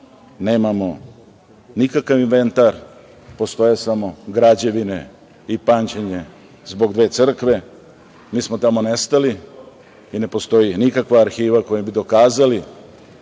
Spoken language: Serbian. nemamo nikakav inventar, postoje samo građevine i pamćenje zbog dve crkve. Mi smo tamo nestali i ne postoji nikakva arhiva kojom bi dokazali